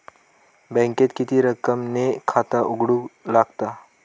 बँकेत किती रक्कम ने खाता उघडूक लागता?